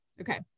Okay